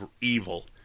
evil